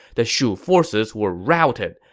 the shu forces were routed.